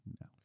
No